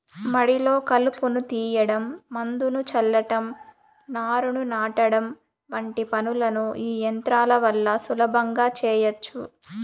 మడిలో కలుపును తీయడం, మందును చల్లటం, నారును నాటడం వంటి పనులను ఈ యంత్రాల వల్ల సులభంగా చేయచ్చు